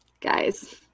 guys